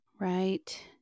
Right